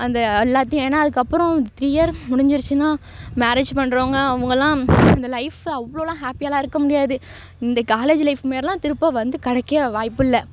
அந்த எல்லாத்தையும் ஏன்னா அதுக்கப்புறம் த்ரீ இயர் முடிஞ்சுடுச்சின்னா மேரேஜ் பண்ணுறவங்க அவங்கள்லாம் அந்த லைஃபு அவ்வளோலாம் ஹாப்பியாகலாம் இருக்கமுடியாது இந்த காலேஜ் லைஃப் மாரிலாம் திரும்ப வந்து கிடைக்க வாய்ப்பில்லை